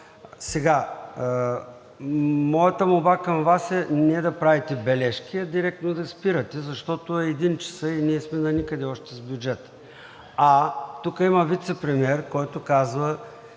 Моята молба към Вас е не да правите забележки, а директно да спирате, защото е 13 ч. и ние сме наникъде още с бюджета. Тук има вицепремиер, който казва,